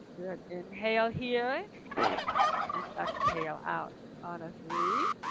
good inhale here and exhale out, on a three,